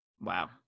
Wow